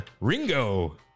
Ringo